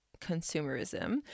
consumerism